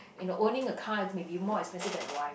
you know owning a car may be more expensive than a wife